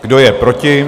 Kdo je proti?